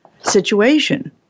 situation